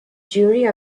jury